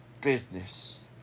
business